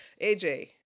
AJ